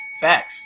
facts